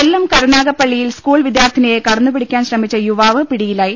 കൊല്ലം കരുനാഗപ്പള്ളിയിൽ സ്കൂൾ ്വിദ്യാർത്ഥിനിയെ കടന്നു പിടിക്കാൻ ശ്രമിച്ച യുവാവ് പിടിയിലായി